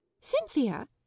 Cynthia